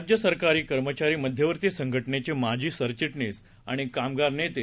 राज्यसरकारीकर्मचारीमध्यवर्तीसंघटनेचेमाजीसरचिटणीसआणिकामगारनेतेर